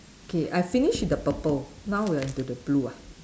okay I finish with the purple now we are into the blue ah